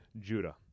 Judah